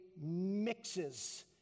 Mixes